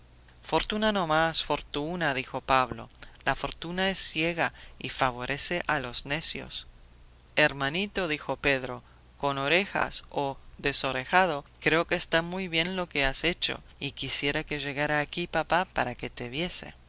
fortuna no más fortuna dijo pablo la fortuna es ciega y favorece a los necios hermanito dijo pedro con orejas o desorejado creo que está muy bien lo que has hecho y quisiera que llegara aquí papá para que te viese